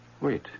Wait